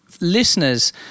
listeners –